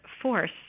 force